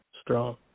strong